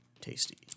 tasty